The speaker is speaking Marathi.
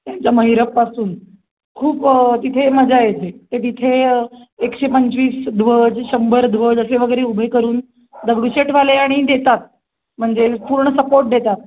त्यांच्या महिरपपासून खूप तिथे मजा येते ते तिथे एकशे पंचवीस ध्वज शंभर ध्वज असे वगैरे उभे करून दगडूशेठवाले आणि देतात म्हणजे पूर्ण सपोट देतात